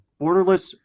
borderless